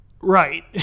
Right